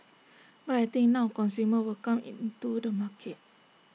but I think now consumers will come in to the market